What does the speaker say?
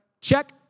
Check